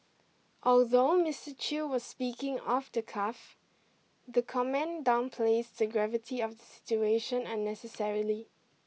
although Mister Chew was speaking off the cuff the comment downplays the gravity of the situation unnecessarily